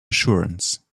assurance